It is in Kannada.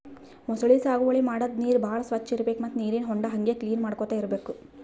ಮೊಸಳಿ ಸಾಗುವಳಿ ಮಾಡದ್ದ್ ನೀರ್ ಭಾಳ್ ಸ್ವಚ್ಚ್ ಇರ್ಬೆಕ್ ಮತ್ತ್ ನೀರಿನ್ ಹೊಂಡಾ ಹಂಗೆ ಕ್ಲೀನ್ ಮಾಡ್ಕೊತ್ ಇರ್ಬೆಕ್